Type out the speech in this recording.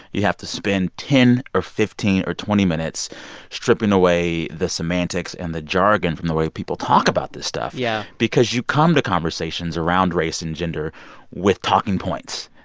you have to spend ten or fifteen or twenty minutes stripping away the semantics and the jargon from the way people talk about this stuff. yeah. because you come to conversations around race and gender with talking points.